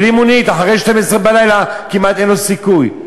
בלי מונית אחרי 24:00, בלילה, כמעט אין לו סיכוי.